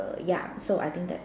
err ya so I think that